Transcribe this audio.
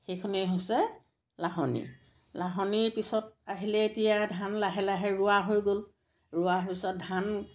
সেইখনেই হৈছে লাহনী লাহনীৰ পিছত আহিলে এতিয়া ধান লাহে লাহে ৰোৱা হৈ গ'ল ৰোৱাৰ পিছত ধান